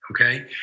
Okay